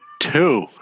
two